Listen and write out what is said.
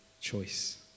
choice